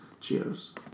Cheers